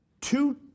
Two